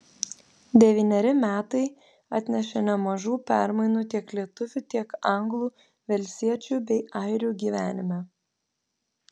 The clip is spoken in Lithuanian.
devyneri metai atnešė nemažų permainų tiek lietuvių tiek anglų velsiečių bei airių gyvenime